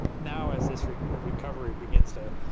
now as this recovery recovery begins to